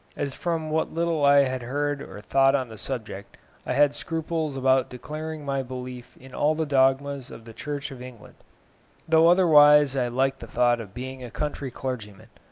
as from what little i had heard or thought on the subject i had scruples about declaring my belief in all the dogmas of the church of england though otherwise i liked the thought of being a country clergyman.